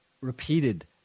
repeated